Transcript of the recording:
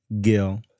Gil